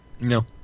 No